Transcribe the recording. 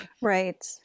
Right